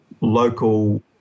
local